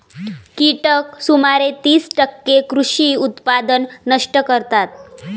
कीटक सुमारे तीस टक्के कृषी उत्पादन नष्ट करतात